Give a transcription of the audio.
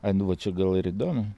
ai nu va čia gal ir įdomu